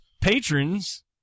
patrons